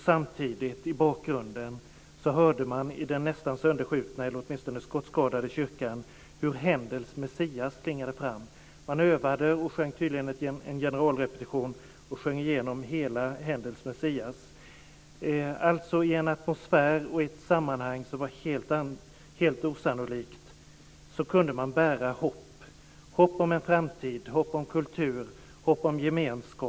Samtidigt i bakgrunden hörde man i den nästan sönderskjutna, eller åtminstone skottskadade, kyrkan hur Händels Messias klingade fram. Man övade och hade tydligen en generalrepetition och sjöng igenom hela Händels I en atmosfär och i ett sammanhang som var helt osannolikt kunde man bära hopp. Hopp om en framtid, hopp om kultur och hopp om gemenskap.